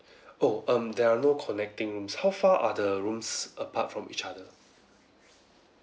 oh um there are no connecting rooms how far are the rooms apart from each other